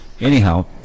Anyhow